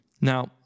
Now